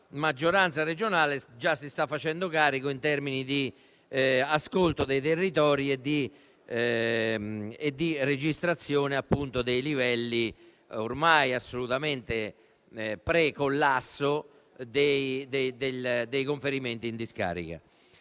maggioranza regionale già si sta facendo carico in termini di ascolto dei territori e di registrazione dei livelli ormai assolutamente precollasso dei conferimenti in discarica.